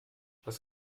was